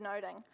noting